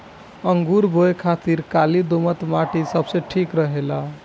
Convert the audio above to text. अंगूर बोए खातिर काली दोमट माटी सबसे ठीक रहेला